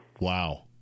Wow